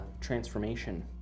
transformation